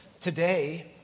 Today